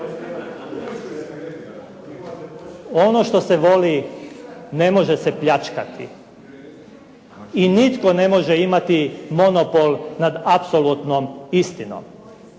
Ono što se voli, ne može se pljačkati i nitko ne može imati monopol nad apsolutnom istinom.